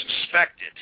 suspected